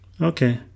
Okay